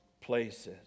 places